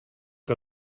que